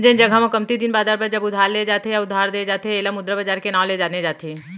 जेन जघा म कमती दिन बादर बर जब उधार ले जाथे या उधार देय जाथे ऐला मुद्रा बजार के नांव ले जाने जाथे